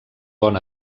bon